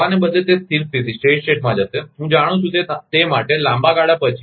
જવાને બદલે તે સ્થિર સ્થિતિમાં જશે હું જાણું છું તે માટે લાંબા ગાળા પછી